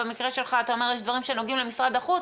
במקרה שלך אתה אומר שיש דברים שנוגעים למשרד החוץ,